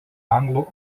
anglų